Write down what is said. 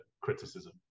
criticism